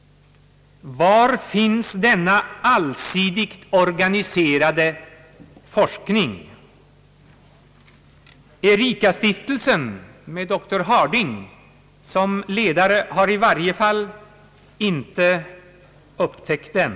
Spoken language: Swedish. Var finns denna allsidigt organiserade forskning? Ericastiftelsen med doktor Harding som ledare har i varje fall inte upptäckt den.